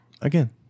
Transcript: Again